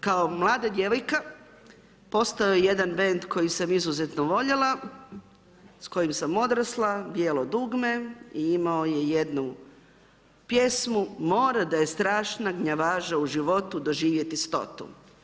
Kao mlada djevojka postojao je jedan bend kojeg sam mnogo voljela, s kojim sam odrasla Bijelo dugme i imao je jednu pjesmu „Mora da je strašna gnjavaža u životu doživjeti stotu“